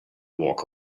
walk